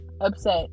upset